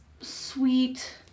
sweet